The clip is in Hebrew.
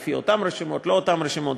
לפי אותן רשימות או לא אותן רשימות,